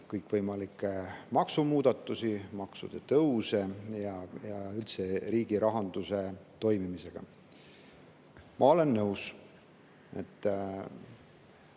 kõikvõimalikke maksumuudatusi, maksude tõuse ja üldse riigi rahanduse toimimist. Ma olen nõus, et